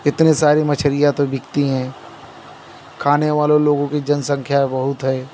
इतनी सारी मछलियाँ तो बिकती है खाने वाले लोगों की जनसंख्या बहुत है